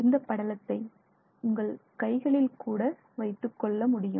இந்த படலத்தை உங்கள் கைகளில் கூட வைத்துக்கொள்ள முடியும்